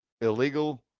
illegal